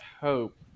hope